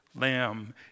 lamb